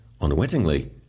unwittingly